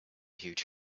huge